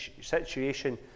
situation